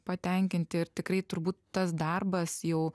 patenkinti ir tikrai turbūt tas darbas jau